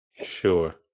Sure